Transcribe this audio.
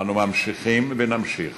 אנו ממשיכים ונמשיך